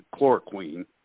chloroquine